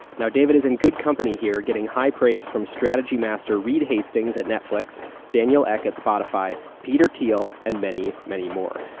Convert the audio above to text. you know david is in good company here getting high praise from strategy master, reed hastings at netflix, daniel ek at spotify, peter thiel, and many, many more.